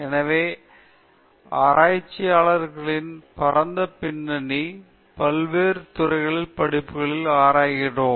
எனவே ஆராய்ச்சியாளர்களின் பரந்த பின்னணி பல்வேறு துறைகள் படிப்புகளை ஆராய்கின்றோம்